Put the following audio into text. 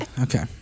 okay